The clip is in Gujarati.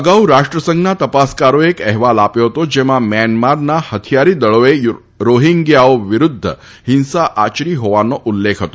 અગાઉ રાષ્ટ્રસંઘના તપાસકારોએ એક અહેવાલ આપ્યો હતો જેમાં મ્યાનમારનાં હથિથારી દળોએ રોહિંગ્યાઓ વિરુદ્ધ હિંસા આયરી હોવાનો ઉલ્લેખ હતો